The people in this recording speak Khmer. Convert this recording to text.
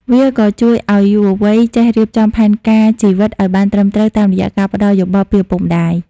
វាក៏ជួយឱ្យយុវវ័យចេះរៀបចំផែនការជីវិតឱ្យបានត្រឹមត្រូវ តាមរយៈការផ្ដល់យោបល់ពីឪពុកម្ដាយ។